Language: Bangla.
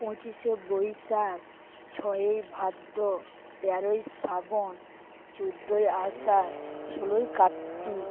পঁচিশে বৈশাখ ছয়ই ভাদ্র তেরোই শ্রাবণ চোদ্দই আষাঢ় ষোলই কার্তিক